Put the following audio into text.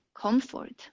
comfort